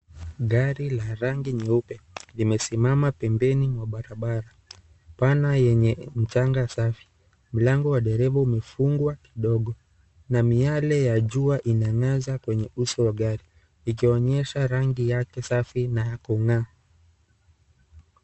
Gari la rani ya nyeupe limesimama pembeni mwa barabara pana yenye mchanga safi mlango ni refu imefungwa kidogo na miale ya jua imeangaza kwenye uso wa gari ikioyesha rangi yake safi na ya kung'aa.